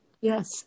Yes